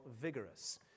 vigorous